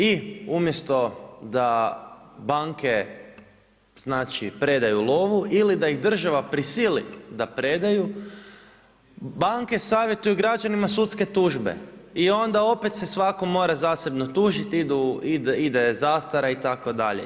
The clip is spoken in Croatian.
I umjesto da banke predaju lovu ili da ih država prisili da predaju, banke savjetuju građanima sudske tužbe i onda opet se svatko mora zasebno tužiti i ide zastara itd.